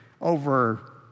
over